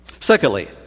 Secondly